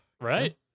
right